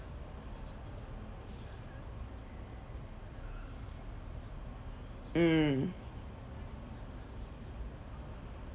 mm